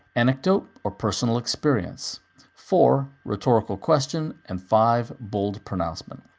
anecdote or personal experience four. rhetorical question and five. bold pronouncement